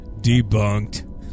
Debunked